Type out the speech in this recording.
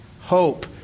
hope